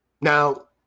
Now